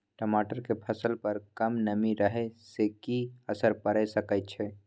टमाटर के फसल पर कम नमी रहै से कि असर पैर सके छै?